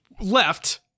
left